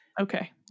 okay